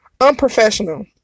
unprofessional